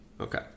okay